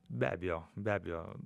be abejo be abejo